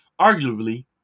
arguably